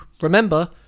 remember